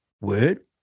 word